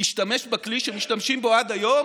השתמש בכלי שמשתמשים בו עד היום,